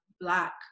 Black